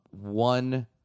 one